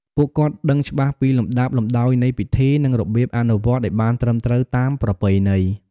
ពួកគាត់ដឹងច្បាស់ពីលំដាប់លំដោយនៃពិធី និងរបៀបអនុវត្តឱ្យបានត្រឹមត្រូវតាមប្រពៃណី។